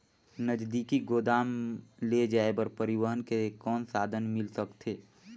नजदीकी गोदाम ले जाय बर परिवहन के कौन साधन मिल सकथे?